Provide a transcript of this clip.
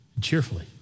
Cheerfully